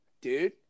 dude